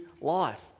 life